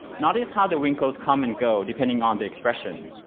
notice how the wrinkles come and go, depending on the expression.